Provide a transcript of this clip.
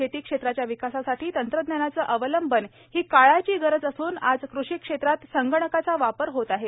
शेती क्षेत्राच्या विकासासाठी तंत्रज्ञानाचे अवलंबन ही काळाची गरज असून आज कृषी क्षेत्रात संगणकाचा वापर होत आहे